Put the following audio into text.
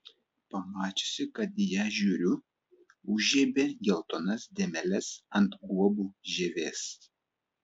pamačiusi kad į ją žiūriu užžiebė geltonas dėmeles ant guobų žievės